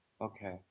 Okay